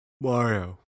Mario